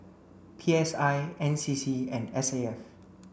P S I N C C and S A F